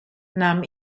nahm